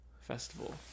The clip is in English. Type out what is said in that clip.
festival